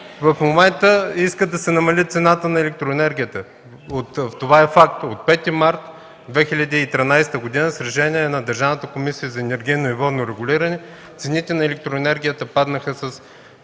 в момента искат да се намали цената на електроенергията. Това е факт – от 5 март 2013 г. с решение на Държавната комисия за енергийно и водно регулиране цените на електроенергията паднаха